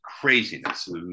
craziness